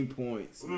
points